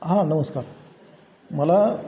हां नमस्कार मला